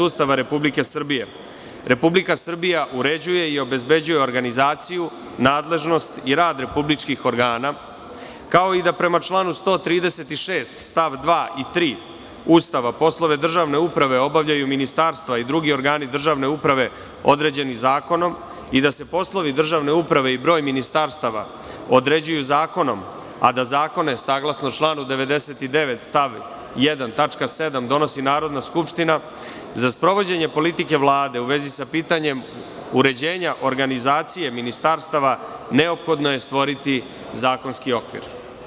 Ustava Republike Srbije, Republika Srbija uređuje i obezbeđuje organizaciju, nadležnost i rad republičkih organa, kao da i prema članu 136. stav 2. i 3. Ustava, poslove državne uprave obavljaju ministarstva i drugi organi državne uprave određeni zakonom i da se poslovi državne uprave i broj ministarstava određuju zakonom, a da zakone saglasno članu 99. stav 1. tačka 7) donosi Narodna skupština, za sprovođenje politike Vlade u vezi sa pitanjem uređenja organizacije ministarstava neophodno je stvoriti zakonski okvir.